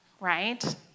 right